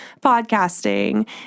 podcasting